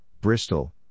Bristol